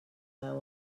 now